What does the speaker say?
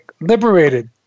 liberated